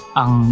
ang